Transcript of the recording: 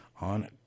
on